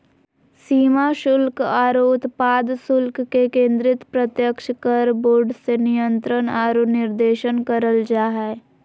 सीमा शुल्क आरो उत्पाद शुल्क के केंद्रीय प्रत्यक्ष कर बोर्ड से नियंत्रण आरो निर्देशन करल जा हय